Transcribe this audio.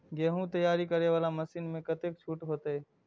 गेहूं तैयारी करे वाला मशीन में कतेक छूट होते?